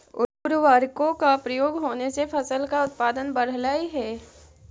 उर्वरकों का प्रयोग होने से फसल का उत्पादन बढ़लई हे